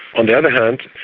on the other hand,